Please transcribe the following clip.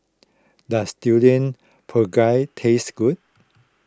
does Durian Pengat taste good